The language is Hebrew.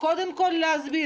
קודם כול להסביר.